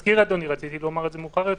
אני מזכיר לאדוני, רציתי לומר את זה מאוחר יותר.